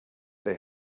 they